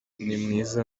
nimwiza